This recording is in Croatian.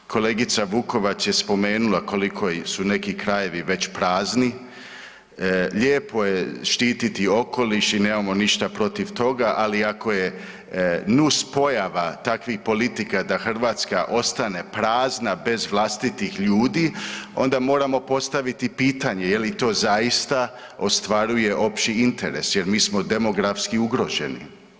Kolegica Vukovac je spomenula koliko su neki krajevi već prazni, lijepo je štiti okoliš i nemamo ništa protiv toga, ali ako je nus pojava takvih politika da Hrvatska ostane prazna bez vlastitih ljudi onda moramo postaviti pitanje je li to zaista ostvaruje opći interes jer mi smo demografski ugroženi.